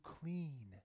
clean